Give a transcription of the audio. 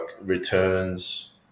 returns